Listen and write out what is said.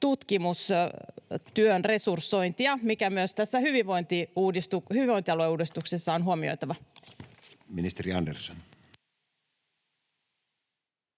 tutkimustyön resursointia, mikä myös tässä hyvinvointialueuudistuksessa on huomioitava. [Speech